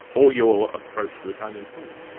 or your approach to italian food?